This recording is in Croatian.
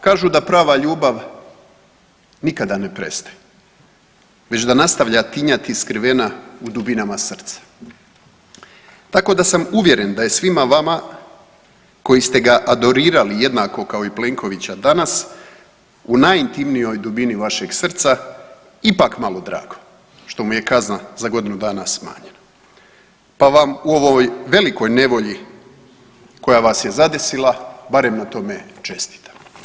Kažu da prava ljubav nikada ne prestaje, već da nastavlja tinjati skrivena u dubinama srca, tako da sam uvjeren da je svima vama koji ste ga adorirali jednako kao i Plenkovića danas u najintimnijoj dubini vašeg srca ipak malo drago što mu je kazna za godinu dana smanjena, pa vam u ovoj velikoj nevolji koja vas je zadesila barem na tome čestitam.